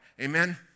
Amen